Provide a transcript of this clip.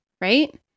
right